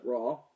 Raw